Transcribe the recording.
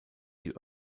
die